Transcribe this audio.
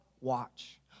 watch